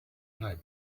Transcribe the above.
library